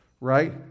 right